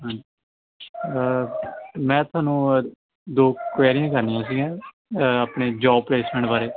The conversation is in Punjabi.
ਹਾਂ ਮੈਂ ਤੁਹਾਨੂੰ ਦੋ ਕੁਐਰੀਆਂ ਕਰਨੀਆਂ ਸੀਗੀਆਂ ਆਪਣੇ ਜੋਬ ਪਲੇਸਮੈਂਟ ਬਾਰੇ